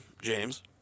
James